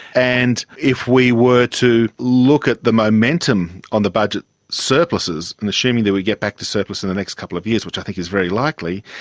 and if we were to look at the momentum of the budget surpluses, and assuming that we get back to surplus in the next couple of years which i think is very likely,